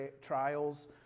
trials